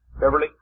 Beverly